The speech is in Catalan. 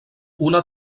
una